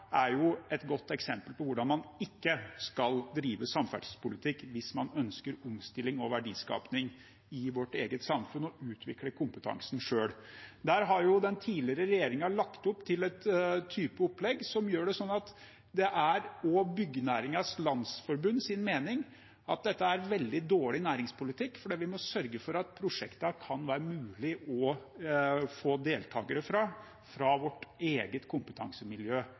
er OPS-prosjektet på Sotra et godt eksempel på hvordan man ikke skal drive samferdselspolitikk, hvis man ønsker omstilling og verdiskaping i vårt eget samfunn og å utvikle kompetansen selv. Der har den tidligere regjeringen lagt opp til en type opplegg som også etter Byggenæringens Landsforbunds mening gjør at dette er veldig dårlig næringspolitikk, for vi må sørge for at det kan være mulig å få deltakere i prosjektene fra vårt eget kompetansemiljø